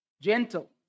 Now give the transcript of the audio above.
Gentle